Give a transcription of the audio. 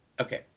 Okay